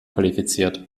qualifiziert